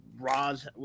Roz